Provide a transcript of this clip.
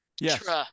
Yes